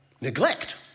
neglect